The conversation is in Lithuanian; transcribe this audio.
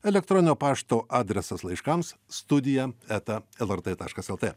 elektroninio pašto adresas laiškams studija eta lrt taškas lt